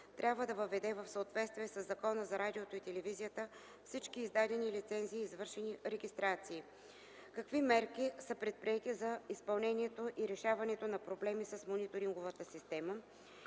трябва да въведе в съответствие със Закона за радиото и телевизията всички издадени лицензии и извършени регистрации; - какви мерки са предприети за изпълнението и решаването на проблемите с мониторинговата система;